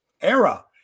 era